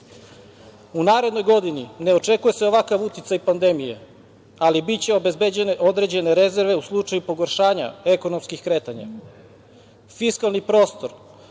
narednoj godini ne očekuje se ovakav uticaj pandemije, ali biće obezbeđene određene rezerve u slučaju pogoršanja ekonomskih kretanja. Fiskalni prostor